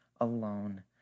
alone